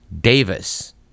Davis